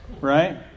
right